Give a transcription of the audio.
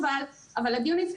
אבל הדיון היה,